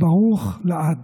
ברוך לעד.